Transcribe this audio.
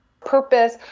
purpose